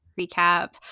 recap